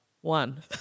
one